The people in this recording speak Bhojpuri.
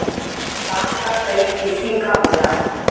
बांस क कई किसम क होला